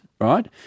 right